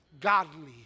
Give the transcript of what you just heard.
godly